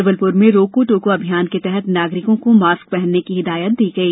जबलपुर में रोको टोको अभियान के तहत नगारिकों को मास्क पहने की हिदायत दी गई